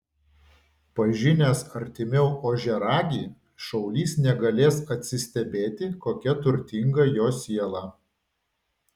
pažinęs artimiau ožiaragį šaulys negalės atsistebėti kokia turtinga jo siela